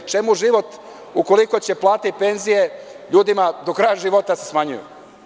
Jer, čemu život ukoliko će plate i penzije ljudima do kraja života da se smanjuju.